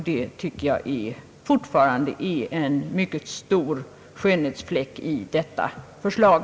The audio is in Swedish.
Det tycker jag fortfarande är en mycket stor skönhetsfläck i propositionen.